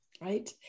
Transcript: right